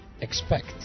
expect